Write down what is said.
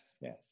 yes